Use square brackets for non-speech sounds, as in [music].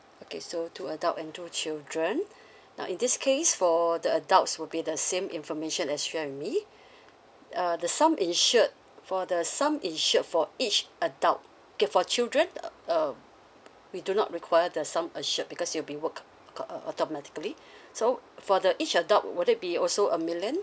okay so two adult and two children [breath] now in this case for the adults will be the same information as you share with me [breath] uh the sum insured for the sum insured for each adult okay for children uh we do not require the sum assured because it'll be work uh automatically [breath] so for the each adult would it be also a million